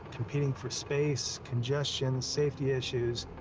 competing for space, congestion, safety issues.